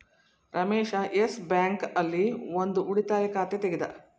Ramesh Yes Bank ಆಲ್ಲಿ ಒಂದ್ ಉಳಿತಾಯ ಖಾತೆ ತೆಗೆದ